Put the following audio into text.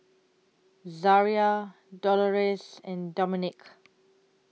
Zaria Dolores and Dominick